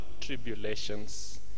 tribulations